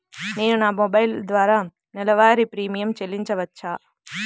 నేను నా మొబైల్ ద్వారా నెలవారీ ప్రీమియం చెల్లించవచ్చా?